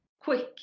quick